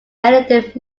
edited